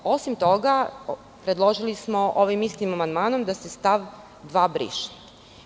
Osim toga, predložili smo ovim istim amandmanom da se stav 2. briše.